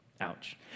Ouch